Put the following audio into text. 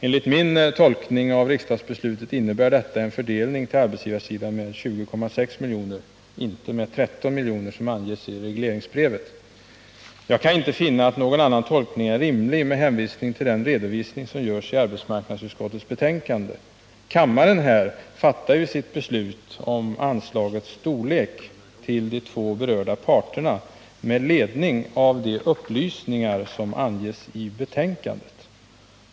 Enligt min tolkning av riksdagsbeslutet innebär detta en fördelning där arbetsgivarsidan skall få 20,6 milj.kr. —- icke 13 milj.kr., som anges i regleringsbrevet. Jag kan inte finna att någon annan tolkning är rimlig med åberopande av den redovisning som görs i arbetsmarknadsutskottets betänkande. Kammaren fattade sitt beslut om storleken av anslaget till de två berörda parterna med ledning av de upplysningar som lämnas i betänkandet.